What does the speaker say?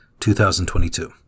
2022